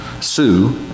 Sue